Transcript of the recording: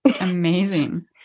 Amazing